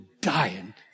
dying